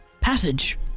passage